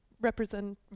Represent